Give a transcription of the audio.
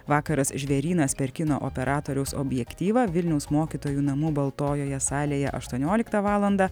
vakaras žvėrynas per kino operatoriaus objektyvą vilniaus mokytojų namų baltojoje salėje aštuonioliktą valandą